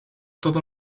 todo